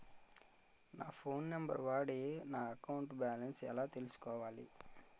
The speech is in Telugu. నా ఫోన్ నంబర్ వాడి నా అకౌంట్ బాలన్స్ ఎలా తెలుసుకోవాలి?